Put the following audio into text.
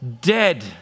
dead